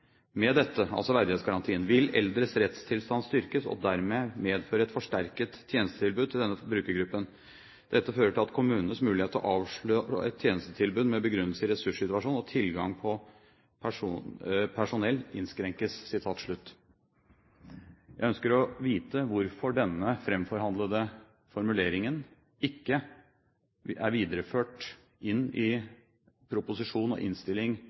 «Med dette» – altså verdighetsgarantien – «vil eldres rettstilstand styrkes og dermed medføre et forsterket tjenestetilbud til denne brukergruppen. Dette fører til at kommunenes mulighet til å avslå tjenestetilbud med begrunnelse i ressurssituasjon og tilgang på personell innskrenkes.» Jeg ønsker å vite hvorfor denne framforhandlede formuleringen ikke er videreført inn i proposisjon og innstilling